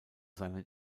seinen